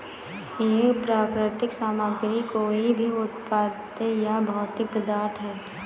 एक प्राकृतिक सामग्री कोई भी उत्पाद या भौतिक पदार्थ है